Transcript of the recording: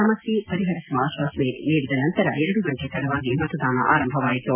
ಸಮಸ್ಯೆ ಪರಿಹರಿಸುವ ಆಶ್ವಾಸನೆ ನೀಡಿದ ನಂತರ ಎರಡು ಗಂಟೆ ತಡವಾಗಿ ಮತದಾನ ಆರಂಭವಾಯಿತು